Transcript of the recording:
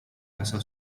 casa